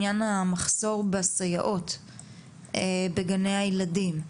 עניין המחסור בסייעות בגני הילדים.